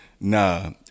Nah